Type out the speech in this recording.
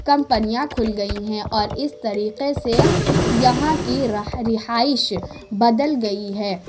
کمپنیاں کُھل گئی ہیں اور اِس طریقے سے یہاں کی رہا رہائش بدل گئی ہے